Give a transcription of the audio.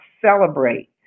celebrate